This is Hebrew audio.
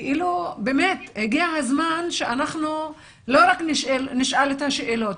הגיע הזמן שאנחנו לא רק נשאל את השאלות,